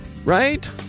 right